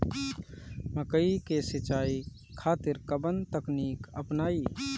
मकई के सिंचाई खातिर कवन तकनीक अपनाई?